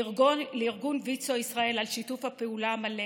לארגון ויצו ישראל על שיתוף הפעולה המלא